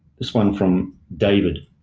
this one from david.